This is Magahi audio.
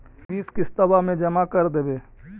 बिस किस्तवा मे जमा कर देवै?